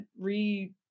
re